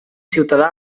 ciutadà